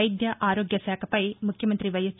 వైద్య ఆరోగ్య శాఖపై ముఖ్యమంతి వైఎస్